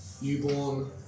newborn